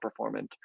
performant